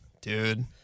Dude